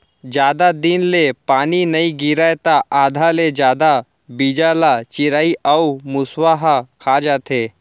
जादा दिन ले पानी नइ गिरय त आधा ले जादा बीजा ल चिरई अउ मूसवा ह खा जाथे